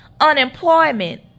unemployment